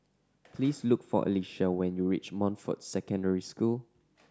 please look for Alisha when you reach Montfort Secondary School